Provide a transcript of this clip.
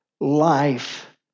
life